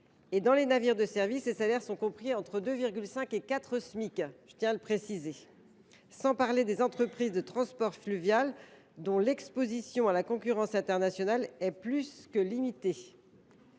sur les navires de service, les salaires sont compris entre 2,5 et 4 Smic – et je ne parle pas des entreprises de transport fluvial, dont l’exposition à la concurrence internationale est plus que limitée.